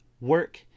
work